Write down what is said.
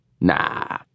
Nah